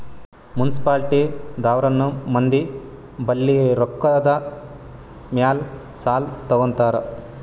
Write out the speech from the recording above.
municipality ದವ್ರನು ಮಂದಿ ಬಲ್ಲಿ ರೊಕ್ಕಾದ್ ಮ್ಯಾಲ್ ಸಾಲಾ ತಗೋತಾರ್